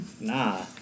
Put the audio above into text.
Nah